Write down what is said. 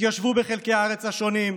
התיישבו בחלקי הארץ השונים,